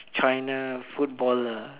China footballer